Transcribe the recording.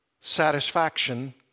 satisfaction